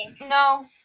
No